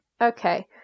okay